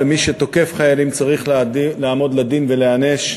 ומי שתוקף חיילים צריך לעמוד לדין ולהיענש.